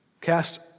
Cast